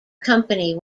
company